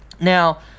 Now